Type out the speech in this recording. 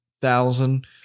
Thousand